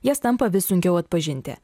jas tampa vis sunkiau atpažinti